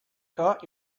caught